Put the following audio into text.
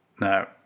Now